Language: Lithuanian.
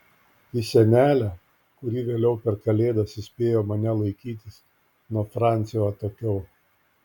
į senelę kuri vėliau per kalėdas įspėjo mane laikytis nuo francio atokiau